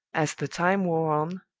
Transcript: as the time wore on,